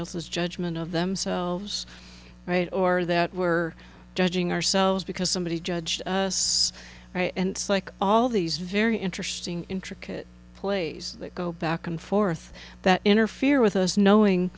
else's judgment of themselves right or that we're judging ourselves because somebody judged us and it's like all these very interesting intricate plays that go back and forth that interfere with us knowing